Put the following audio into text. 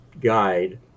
guide